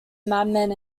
madman